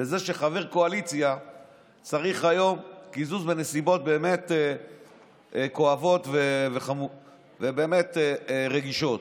לזה שחבר קואליציה צריך היום קיזוז בנסיבות באמת כואבות ובאמת רגישות.